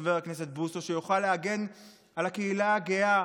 חבר הכנסת בוסו, שיוכל להגן על הקהילה הגאה,